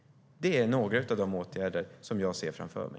Det är några av de åtgärder som jag ser framför mig.